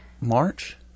march